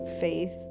faith